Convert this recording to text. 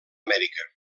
amèrica